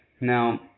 Now –